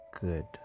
good